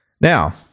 Now